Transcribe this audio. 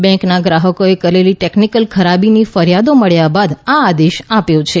બેંકના ગ્રાહકો એ કરેલી ટેકનીકલ ખરાબીની ફરિયાદો મળ્યા બાદ આ આદેશ આપ્યો છે